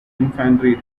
infantry